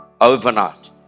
overnight